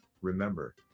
remember